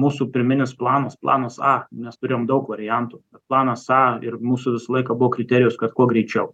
mūsų pirminis planas planas a mes turėjom daug variantų planas a ir mūsų visą laiką buvo kriterijus kad kuo greičiau